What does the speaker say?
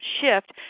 shift